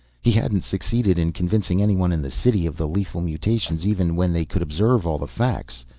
he hadn't succeeded in convincing anyone in the city of the lethal mutations even when they could observe all the facts.